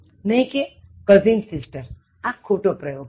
નહી કે cousin sister આ ખોટો પ્રયોગ છે